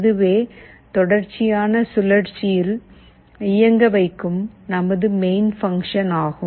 இதுவே தொடர்ச்சியான சுழற்சியில் இயங்க வைக்கும் நமது மெயின் பங்க்ஷன் ஆகும்